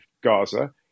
Gaza